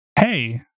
hey